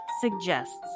suggests